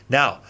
now